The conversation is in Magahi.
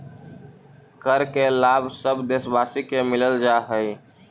कर के लाभ सब देशवासी के मिलऽ हइ